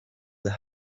the